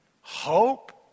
hope